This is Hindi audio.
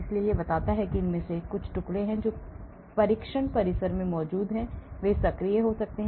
इसलिए यह बताता है कि इनमें से कुछ टुकड़े हैं जो परीक्षण परिसर में मौजूद हैं वे सक्रिय हो सकते हैं